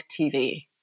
TV